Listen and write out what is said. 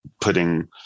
putting